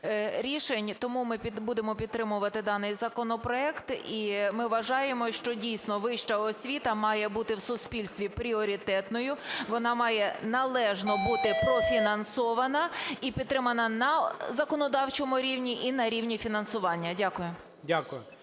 рішень, тому ми будемо підтримувати даний законопроект, і ми вважаємо, що, дійсно, вища освіта має бути в суспільстві пріоритетною. Вона має належно бути профінансована і підтримана на законодавчому рівні і на рівні фінансування. Дякую.